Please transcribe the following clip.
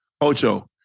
Ocho